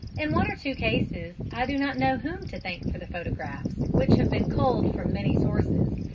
in one or two cases i do not know whom to thank for the photographs, which have been culled from many sources.